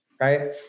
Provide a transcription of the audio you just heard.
right